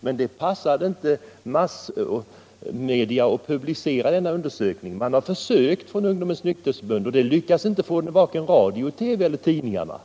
Men det passade inte massmedierna att publicera den undersökningens resultat. I Ungdomens nykterhetsförbund har man försökt att få de resultaten publicerade, men man har inte lyckats vare sig i radio, TV eller tidningarna.